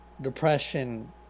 depression